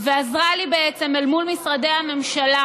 ועזרה לי להגיע להכרה, מול משרדי הממשלה,